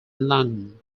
london